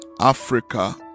Africa